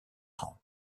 trente